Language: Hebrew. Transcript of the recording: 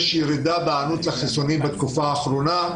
יש ירידה בהיענות לחיסונים בתקופה האחרונה,